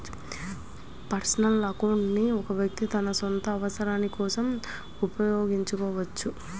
personal account ని ఒక వ్యక్తి తన సొంత అవసరాల కోసం ఉపయోగించుకోవచ్చు